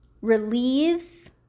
relieves